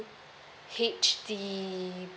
H_D